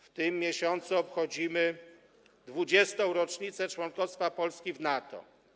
W tym miesiącu obchodzimy 20. rocznicę członkostwa Polski w NATO.